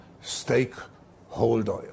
stakeholder